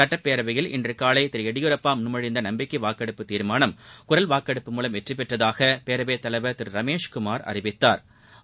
சுட்டப்பேரவையில் இன்று காலை திரு எடியூரப்பா முன்மொழிந்த நம்பிக்கை வாக்கெடுப்பு தீர்மானம் குரல் வாக்கெடுப்பு மூலம் வெற்றி பெற்றதாக பேரவைத் தலைவர் திரு ரமேஷ்குமார் அறிவித்தாா்